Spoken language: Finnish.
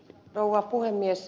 rouva puhemies